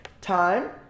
Time